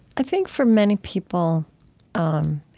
i think for many people um